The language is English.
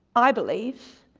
i believe,